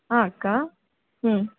ಹಾಂ ಅಕ್ಕ ಹ್ಞೂ